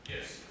Yes